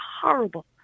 horrible